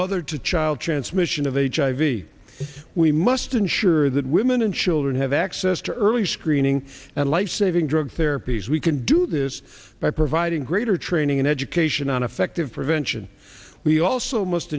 mother to child transmission of hiv we must ensure that women and children have access to early screening and lifesaving drugs therapies we can do this by providing greater training and education on effective prevention we also must